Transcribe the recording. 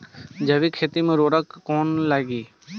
जैविक खेती मे उर्वरक कौन लागी?